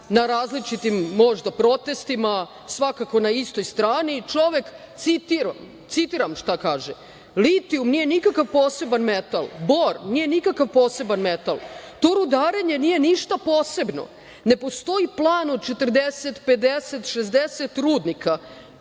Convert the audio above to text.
različitim protestima, svakako na istoj strani i čovek citiram šta kaže –„ Litijum nema nikakav poseban metal, Bor nije nikakav poseban metal, to rudarenje nije ništa posebno, ne postoji član od 40, 50, ili 60 rudnika,